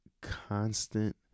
constant